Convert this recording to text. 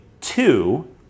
two